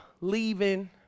leaving